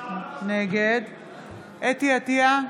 נגד חוה אתי עטייה,